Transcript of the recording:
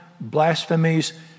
blasphemies